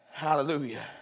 Hallelujah